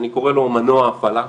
אני קורא לו "מנוע הפעלה".